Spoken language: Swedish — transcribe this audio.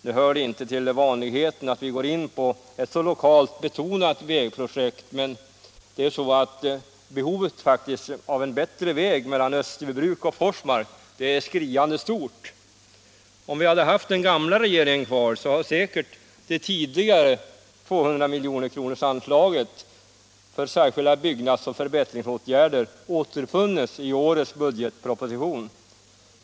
Det hör inte till vanligheten att vi går in på ett så lokalt betonat vägprojekt, men nu är faktiskt behovet av en bättre väg mellan Österbybruk och Forsmark skriande stort. Om vi hade haft den gamla regeringen kvar hade säkert det tidigare 200-miljonersanslaget för särskilda byggnads och förbättringsåtgärder återfunnits i årets budgetproposition.